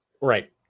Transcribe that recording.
Right